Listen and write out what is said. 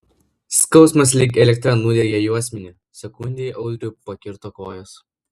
skausmas lyg elektra nudiegė juosmenį sekundei audriui pakirto kojas